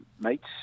mates